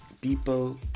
people